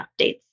updates